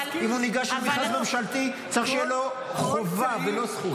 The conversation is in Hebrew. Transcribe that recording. אם הוא ניגש למכרז ממשלתי צריך שתהיה לו חובה ולא זכות.